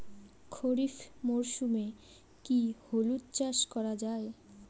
খরিফ মরশুমে কি হলুদ চাস করা য়ায়?